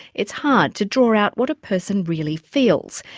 it's hard to draw out what a person really feels.